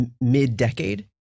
mid-decade